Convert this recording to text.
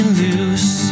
loose